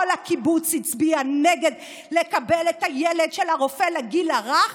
כל הקיבוץ הצביע נגד לקבל את הילד של הרופא לגיל הרך